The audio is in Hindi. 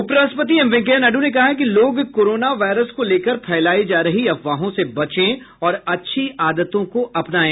उपराष्ट्रपति एम वेंकैया नायडू ने कहा है कि लोग कोरोना वायरस को लेकर फैलायी जा रही अफवाहों से बचें और अच्छी आदतों को अपनाये